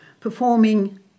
performing